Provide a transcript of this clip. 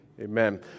Amen